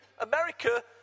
America